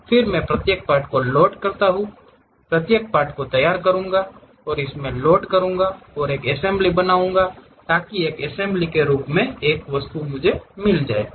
फिर मैं प्रत्येक पार्ट को लोड करता हूं मैं प्रत्येक पार्ट को तैयार करूंगा इसे लोड करूंगा और एक एसम्ब्ली बनाऊंगा ताकि एक असेंबली के रूप में एक ही वस्तु हमें मिल जाएगी